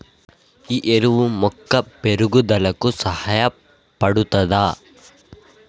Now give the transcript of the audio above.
ఈ ఎరువు మొక్క పెరుగుదలకు సహాయపడుతదా?